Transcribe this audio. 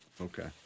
Okay